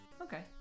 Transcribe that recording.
Okay